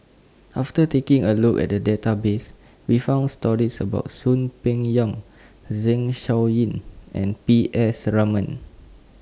after taking A Look At The Database We found stories about Soon Peng Yam Zeng Shouyin and P S Raman